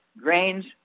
grains